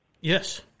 Yes